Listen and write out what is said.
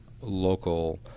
local